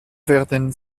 werden